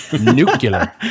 Nuclear